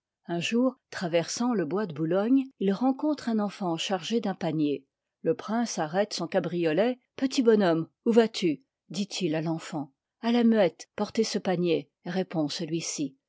un jour traversant le bois de boulogne il rencontre un enfant charge d'tm panier le prince arrête son cabriolet w petit bon homme où vas-tu dit-il à l'en ggiit a la muette porter ce panier répond celui-ci